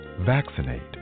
Vaccinate